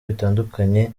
bitandukanye